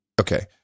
okay